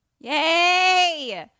Yay